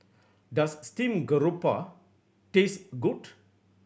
does steamed grouper taste good